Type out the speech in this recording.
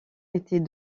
était